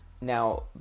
Now